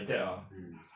mm